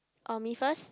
um me first